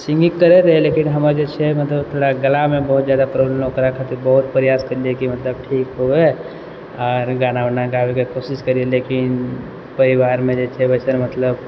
singing करै रहियै लेकिन हमर जे छै मतलब थोड़ा गलामे मतलब बहुत जादा प्रॉब्लम ओकरा खातिर बहुत प्रयास करलियै कि मतलब ठीक होवे आओर गाना वाना गाबैके कोशिश करियै लेकिन परिवारमे जे छै वैसे मतलब